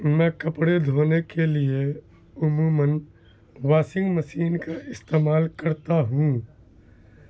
میں کپڑے دھونے کے لیے عموماً واشنگ مشین کا استعمال کرتا ہوں